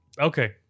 Okay